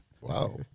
wow